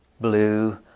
blue